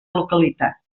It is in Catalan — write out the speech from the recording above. localitat